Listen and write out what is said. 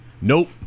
nope